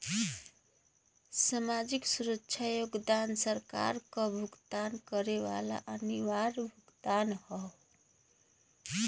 सामाजिक सुरक्षा योगदान सरकार क भुगतान करे वाला अनिवार्य भुगतान हौ